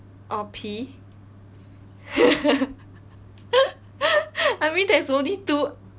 oh P I mean there's only two